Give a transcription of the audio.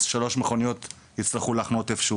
אז שלוש מכוניות הצטרכו לחנות איפשהו.